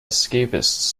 escapist